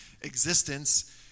existence